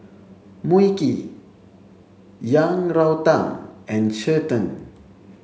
Mui Kee Yang Rou Tang and Cheng Tng